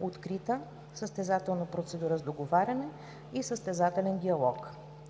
открита, състезателна процедура с договаряне и състезателен диалог.